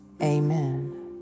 Amen